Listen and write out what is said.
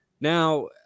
Now